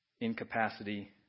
incapacity